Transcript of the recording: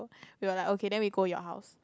we were like okay then we go your house